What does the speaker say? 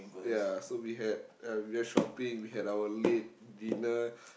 ya so we had uh we went shopping we had our late dinner